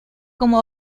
como